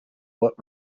what